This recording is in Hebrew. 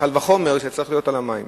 קל וחומר שצריך להיות למים.